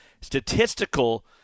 statistical